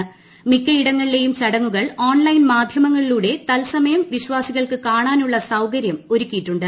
ൃ് മിക്ക്യിടങ്ങളിലെയും ചടങ്ങുകൾ online മാധ്യമങ്ങളിലൂടെ തത്സമയം വിശ്വാസികൾക്ക് കാണാനുള്ള സൌകര്യാട്ട ഒരുക്കിയിട്ടുണ്ട്